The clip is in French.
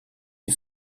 des